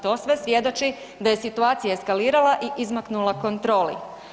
To sve svjedoči da je situacija eskalirala i izmaknula kontroli.